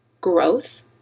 growth